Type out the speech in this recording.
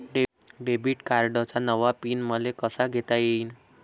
Debit कार्डचा नवा PIN मले कसा घेता येईन?